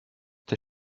der